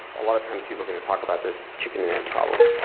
a lot of times people are going to talk about this chicken problem,